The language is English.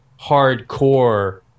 hardcore